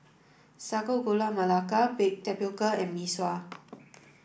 Sago Gula Melaka Baked Tapioca and Mee Sua